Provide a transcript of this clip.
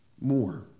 more